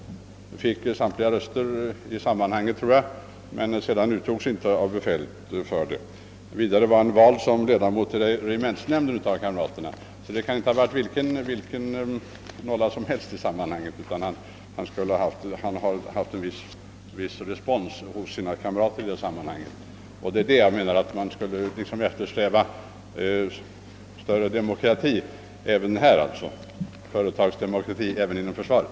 Han fick så gott som samtliga röster i det sammanhanget, men han uttogs sedan inte av befälet. Vidare var han av kamraterna vald som ledamot av regementsnämnden. Det kan sålunda inte vara vilken nolla som helst; han har varit uppskattad av sina kamrater. Det är därför jag menar att man borde eftersträva större demokrati, alltså företagsdemokrati även inom försvaret.